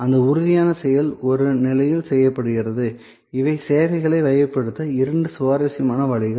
அந்த உறுதியான செயல் ஒரு நிலையில் செய்யப்படுகிறது இவை சேவைகளை வகைப்படுத்த இரண்டு சுவாரஸ்யமான வழிகள்